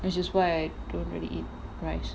which is why I don't really eat rice